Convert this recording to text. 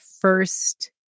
first